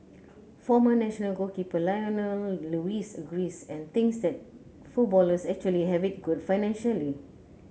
former national goalkeeper Lionel Lewis agrees and thinks that footballers actually have it good financially